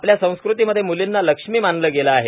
आपल्या संस्कृतीमध्ये म्लींना लक्ष्मी मानलं गेलं आहे